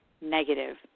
negative